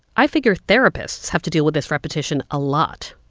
i figure therapists have to deal with this repetition a lot.